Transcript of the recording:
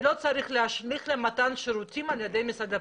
זה לא צריך להשליך על מתן שירותים על ידי משרד הפנים,